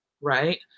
Right